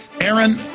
Aaron